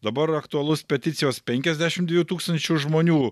dabar aktualus peticijos penkiasdešimt dviejų tūkstančių žmonių